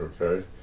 okay